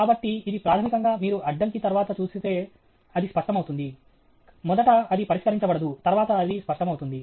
కాబట్టి ఇది ప్రాథమికంగా మీరు అడ్డంకి తర్వాత చూస్తే అది స్పష్టమవుతుంది మొదట అది పరిష్కరించబడదు తరువాత అది స్పష్టమవుతుంది